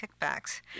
kickbacks